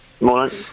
Morning